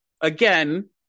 again